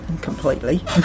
completely